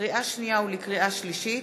לקריאה שנייה ולקריאה שלישית: